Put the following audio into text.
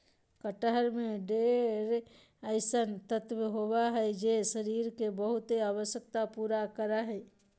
कटहल में ढेर अइसन तत्व होबा हइ जे शरीर के बहुत आवश्यकता पूरा करा हइ